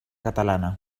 catalana